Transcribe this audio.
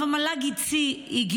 אבל המל"ג הגיע.